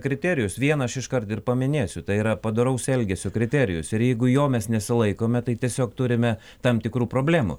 kriterijus vieną aš iškart ir paminėsiu tai yra padoraus elgesio kriterijus ir jeigu jo mes nesilaikome tai tiesiog turime tam tikrų problemų